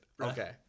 Okay